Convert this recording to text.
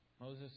Moses